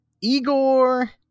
Igor